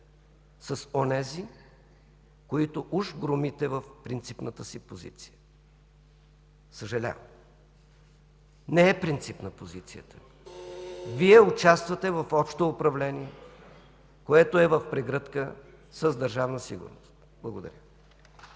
с онези, които уж громите в принципната си позиция. Съжалявам. Не е принципна позицията. Вие участвате в общо управление, което е в прегръдка с Държавна сигурност. Благодаря.